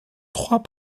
trois